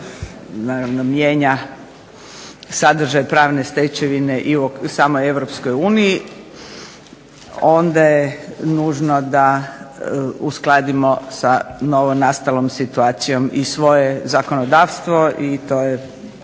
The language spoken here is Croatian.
da se mijenja sadržaj pravne stečevine i u samoj Europskoj uniji, onda je nužno da uskladimo sa novonastalom situacijom i svoje zakonodavstvo, i to je